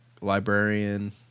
librarian